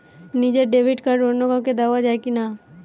নিজের debit card অন্য কাউকে দেওয়া যায় কি না?